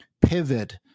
pivot